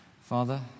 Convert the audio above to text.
Father